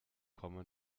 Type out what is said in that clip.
komme